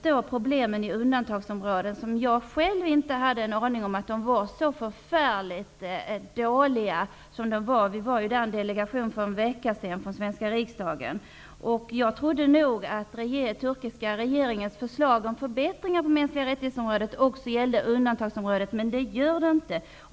Jag hade själv inte en aning om att problemen var så stora i undantagsområdet. Jag var där med en delegation från den svenska riksdagen för en vecka sedan. Jag trodde att turkiska regeringens förslag om förbättringar när det gällde de mänskliga rättigheterna också gällde undantagsområdet, men så är det inte.